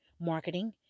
marketing